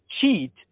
cheat